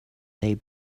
they